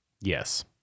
Yes